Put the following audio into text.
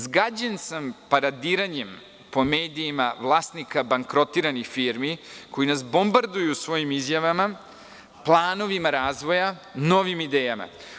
Zgađen sam paradiranjem po medija vlasnika bankrotiranih firmi koji nas bombarduju svojim izjavama, planovima razvoja, novim idejama.